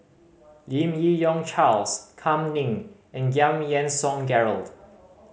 Lim Yi Yong Charles Kam Ning and Giam Yean Song Gerald